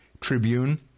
Tribune